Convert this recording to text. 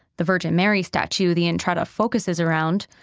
the virgin mary statue the entrada focuses around,